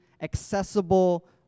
accessible